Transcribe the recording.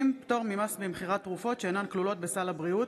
60) (פטור ממס במכירת תרופות שאינן כלולות בסל הבריאות),